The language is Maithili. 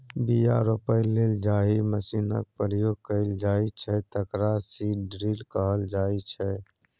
बीया रोपय लेल जाहि मशीनक प्रयोग कएल जाइ छै तकरा सीड ड्रील कहल जाइ छै